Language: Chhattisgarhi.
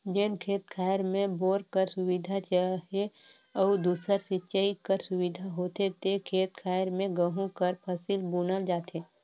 जेन खेत खाएर में बोर कर सुबिधा चहे अउ दूसर सिंचई कर सुबिधा होथे ते खेत खाएर में गहूँ कर फसिल बुनल जाथे